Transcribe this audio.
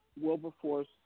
Wilberforce